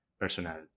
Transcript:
personal